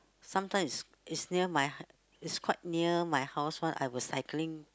sometimes is is near my h~ it's quite near my house one I will cycling